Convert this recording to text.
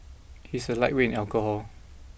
he is a lightweight in alcohol